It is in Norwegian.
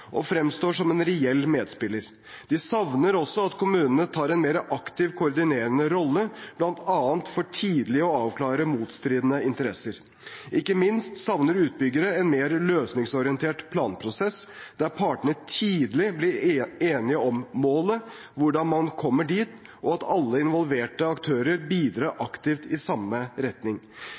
og fremstår som en reell medspiller. De savner også at kommunen tar en mer aktiv koordinerende rolle, bl.a. for tidlig å avklare motstridende interesser. Ikke minst savner utbyggere en mer løsningsorientert planprosess, der partene tidlig blir enige om målet, hvordan man kommer dit, og at alle involverte aktører bidrar aktivt i samme retning.